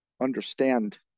understand